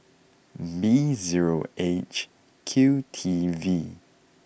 B zero H Q T V